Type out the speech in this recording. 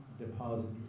deposit